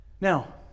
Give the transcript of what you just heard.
Now